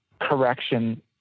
correction